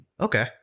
okay